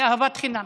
זה אהבת חינם.